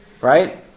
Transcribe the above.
right